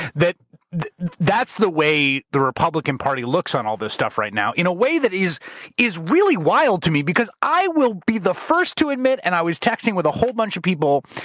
that's the way the republican party looks on all this stuff right now, in a way, that is is really wild to me because i will be the first to admit, and i was texting with a whole bunch of people,